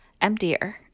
emptier